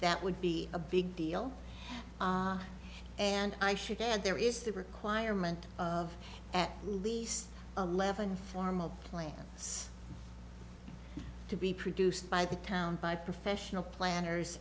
that would be a big deal and i should add there is the requirement of at least eleven formal plants to be produced by the town by professional planners